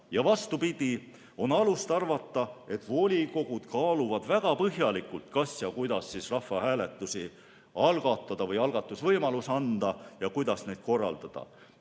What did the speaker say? Vastupidi, on alust arvata, et volikogud kaaluvad väga põhjalikult, kas ja kuidas rahvahääletusi algatada või nende algatamise võimalust anda ja kuidas neid korraldada.